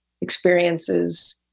experiences